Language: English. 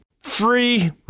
Free